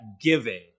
giving